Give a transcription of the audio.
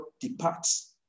departs